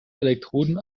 elektroden